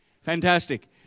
Fantastic